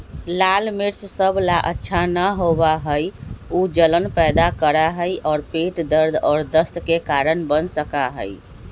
लाल मिर्च सब ला अच्छा न होबा हई ऊ जलन पैदा करा हई और पेट दर्द और दस्त के कारण बन सका हई